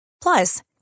Plus